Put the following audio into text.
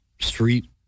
Street